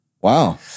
Wow